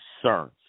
concerns